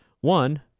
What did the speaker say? one